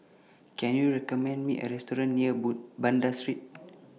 Can YOU recommend Me A Restaurant near Banda Street